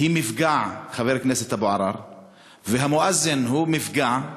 היא מפגע, והמואזין הוא מפגע,